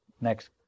next